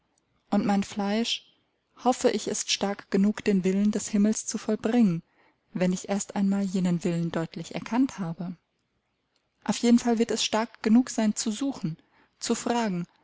und mein fleisch hoffe ich ist stark genug den willen des himmels zu vollbringen wenn ich erst einmal jenen willen deutlich erkannt habe auf jeden fall wird es stark genug sein zu suchen zu fragen